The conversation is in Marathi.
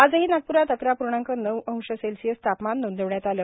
आजही नागप्रात पूर्णांक नऊ अंश सेल्सिअस तापमान नोंदवण्यात आलं